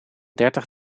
dertig